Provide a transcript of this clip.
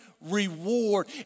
reward